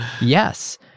Yes